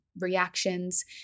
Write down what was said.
reactions